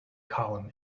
column